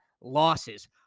losses